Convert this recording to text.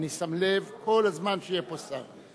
אני שם לב כל הזמן שיהיה פה שר.